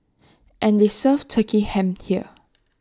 and they serve turkey ham here